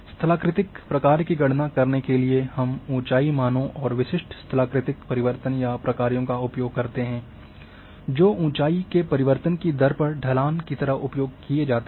स्थलाकृतिक प्रकार्य की गणना करने के लिए हम ऊंचाई मानों और विशिष्ट स्थलाकृतिक परिवर्तन या प्रकारों का उपयोग करते हैं जो ऊंचाई के परिवर्तन की दर पर ढलान की तरह उपयोग किए जाते हैं